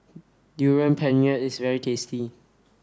durian pengat is very tasty